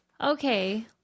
okay